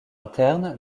interne